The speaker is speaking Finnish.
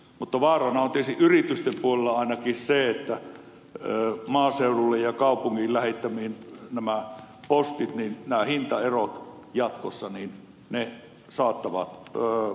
mutta vaarana on tietysti yritysten puolella ainakin se että maaseudulle ja kaupunkiin lähetettyjen postien hintaerot jatkossa saattavat kasvaa